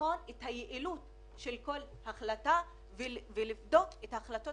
לבחון את היעילות של כל החלטה ולבדוק את ההחלטות